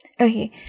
Okay